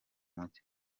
mucye